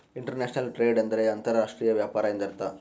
inter national trade ಎಂದರೆ ಅಂತರ್ ರಾಷ್ಟ್ರೀಯ ವ್ಯಾಪಾರ ಎಂದರ್ಥ